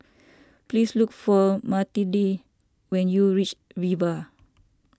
please look for Matilde when you reach Viva